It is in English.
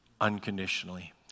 unconditionally